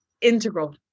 integral